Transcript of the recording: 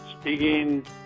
speaking